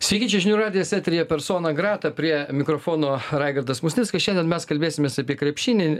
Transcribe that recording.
sveiki čia žinių radijas eteryje persona grata prie mikrofono raigardas musnickas šiandien mes kalbėsimės apie krepšinį